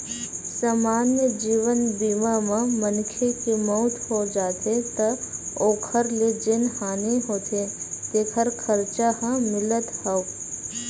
समान्य जीवन बीमा म मनखे के मउत हो जाथे त ओखर ले जेन हानि होथे तेखर खरचा ह मिलथ हव